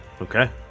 okay